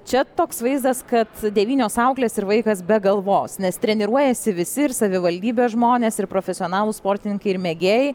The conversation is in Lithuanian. čia toks vaizdas kad devynios auklės ir vaikas be galvos nes treniruojasi visi ir savivaldybės žmonės ir profesionalūs sportininkai ir mėgėjai